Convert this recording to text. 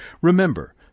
Remember